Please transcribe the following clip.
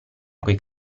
coi